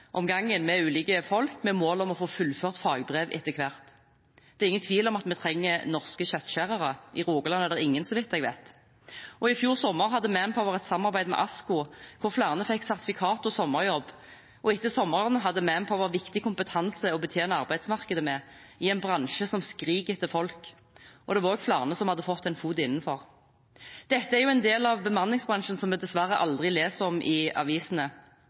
med ulike folk, med mål om å få fullført fagbrev etter hvert. Det er ingen tvil om at vi trenger norske kjøttskjærere. I Rogaland er det ingen, så vidt jeg vet. I fjor sommer hadde Manpower et samarbeid med ASKO, hvor flere fikk sertifikatet og en sommerjobb. Etter sommeren hadde Manpower viktig kompetanse å betjene arbeidsmarkedet med, i en bransje som skriker etter folk. Det var også flere som hadde fått en fot innenfor. Dette er en del av bemanningsbransjen som vi dessverre aldri leser om i avisene,